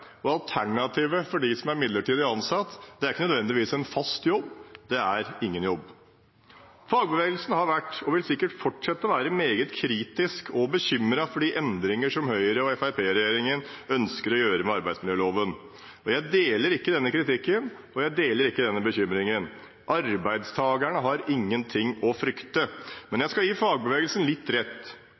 Alternativet for dem som er midlertidig ansatt, er ikke nødvendigvis en fast jobb, det er ingen jobb. Fagbevegelsen har vært og vil sikkert fortsette å være meget kritisk til og bekymret for de endringer som Høyre–Fremskrittsparti-regjeringen ønsker å gjøre med arbeidsmiljøloven. Jeg deler ikke denne kritikken og bekymringen. Arbeidstakerne har ingenting å frykte. Men jeg skal gi fagbevegelsen litt rett,